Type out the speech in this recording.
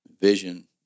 Vision